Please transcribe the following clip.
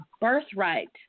birthright